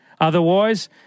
Otherwise